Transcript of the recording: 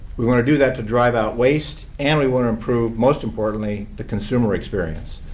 we want to do that to drive out waste and we want to improve, most importantly, the consumer experience.